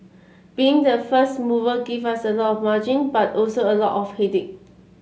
being the first mover gave us a lot of margin but also a lot of headache